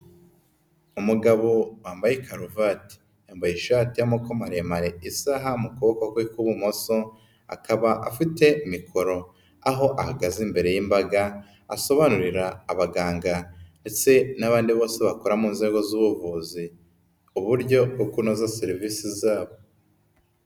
Umugabo wambaye karuvati, yambaye ishati y'amaboko maremare, isaha mu kuboko kwe kw'ibumoso, akaba afite mikoro. Aho ahagaze imbere y'imbaga asobanurira abaganga ndetse n'abandi bose bakora mu nzego z'ubuvuzi uburyo bwo kunoza serivisi zabo.